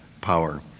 power